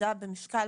ילדה במשקל